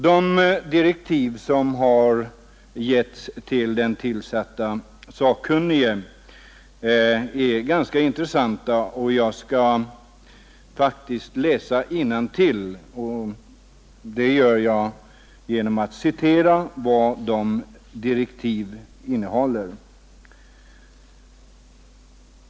De direktiv som har getts till den sakkunnige är ganska intressanta, och jag skall faktiskt citera vad direktiven innehåller.